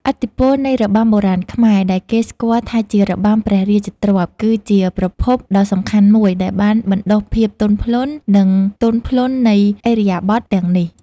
ឥទ្ធិពលនៃរបាំបុរាណខ្មែរ ដែលគេស្គាល់ថាជារបាំព្រះរាជទ្រព្យ គឺជាប្រភពដ៏សំខាន់មួយដែលបានបណ្ដុះភាពទន់ភ្លន់ និងទន់ភ្លន់នៃឥរិយាបថទាំងនេះ។